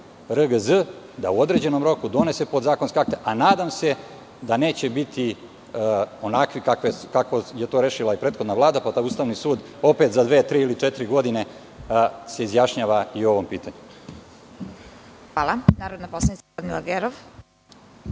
da u određenom roku donese podzakonska akta, a nadam se da neće biti onakvi kako je to rešila i prethodna vlada, pa da se Ustavni sud opet za dve, tri ili četiri godine izjašnjava i o ovom pitanju. **Vesna Kovač** Hvala. Reč ima narodna poslanica Radmila Gerov.